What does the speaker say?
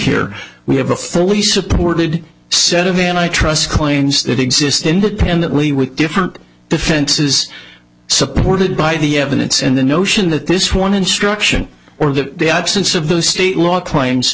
here we have a fully supported set of ian i trust claims that exist independently with different defense is supported by the evidence in the notion that this one instruction or that the absence of the state law cl